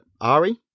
Ari